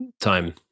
time